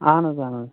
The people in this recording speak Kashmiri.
اَہَن حظ اَہَن حظ